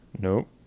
Nope